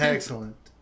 Excellent